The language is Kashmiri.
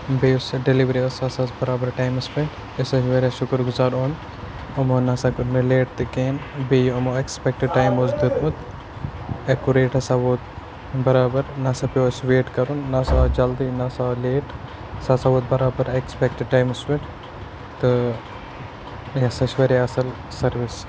بیٚیہِ یُس یَتھ ڈٮ۪لؤری ٲس سُہ ہَسا ٲس بَرابَر ٹایمَس پٮ۪ٹھ أسۍ حظ چھِ واریاہ شُکُر گُزار اوٚن یِمو نہٕ ہَسا کوٚر مےٚ لیٹ تہِ کِہیٖنۍ بیٚیہِ یِمو اٮ۪کٕسپٮ۪کٹٕڈ ٹایم اوس دیُتمُت اٮ۪کُریٹ ہَسا ووت بَرابَر نہ سا پیوٚو اَسہِ ویٹ کَرُن نہ سا آو جلدی نہ سا آو لیٹ سُہ ہَسا ووت بَرابَر اٮ۪کٕسپٮ۪کٹ ٹایمَس پٮ۪ٹھ تہٕ یہِ ہَسا چھِ واریاہ اَصٕل سٔروِس